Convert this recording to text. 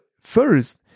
first